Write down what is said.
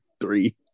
three